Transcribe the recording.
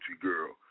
Girl